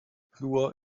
fluor